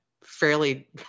fairly